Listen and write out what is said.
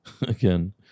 again